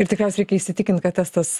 ir tikriausiai reikia įsitikint kad testas